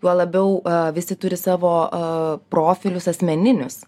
juo labiau aa visi turi savo aa profilius asmeninius